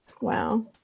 Wow